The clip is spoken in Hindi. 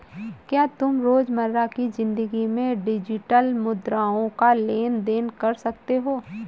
क्या तुम रोजमर्रा की जिंदगी में डिजिटल मुद्राओं का लेन देन कर सकते हो?